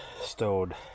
stowed